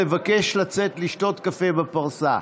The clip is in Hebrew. לבקש לצאת לשתות קפה בפרסה.